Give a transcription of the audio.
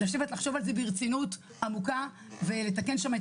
ולחשוב על זה ברצינות עמוקה ולתקן שם את